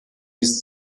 ist